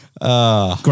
Great